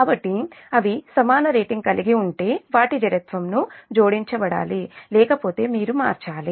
కాబట్టి అవి సమాన రేటింగ్ కలిగి ఉంటే వాటి జడత్వం జోడించబడాలి లేకపోతే మీరు మార్చాలి